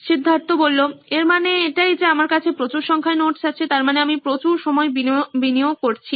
সিদ্ধার্থ এর মানে এটাই যে আমার কাছে প্রচুর সংখ্যায় নোটস আছে তারমানে আমি প্রচুর সময় বিনিয়োগ করছি